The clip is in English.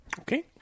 Okay